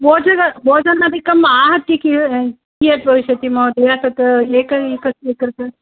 भोजन भोजनादिकम् आहत्य कि कियत् भविष्यति महोदया तत्र एक एकस्य कृते